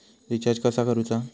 Recharge कसा करूचा?